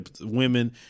women